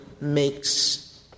makes